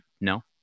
No